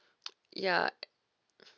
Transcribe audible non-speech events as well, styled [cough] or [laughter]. [noise] ya